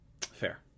Fair